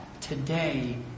today